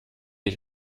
ich